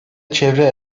çevre